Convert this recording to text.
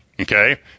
Okay